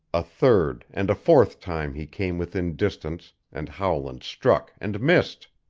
a third and a fourth time he came within distance and howland struck and missed.